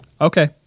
Okay